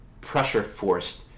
pressure-forced